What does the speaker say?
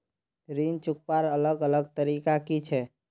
ऋण चुकवार अलग अलग तरीका कि छे?